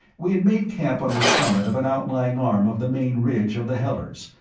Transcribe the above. we had made camp on the summit of an outlying arm of the main ridge of the hellers,